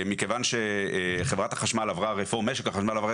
מכיוון שחברת החשמל עברה רפורמה,